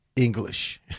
English